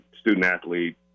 student-athlete